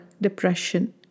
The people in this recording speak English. depression